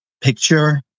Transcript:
picture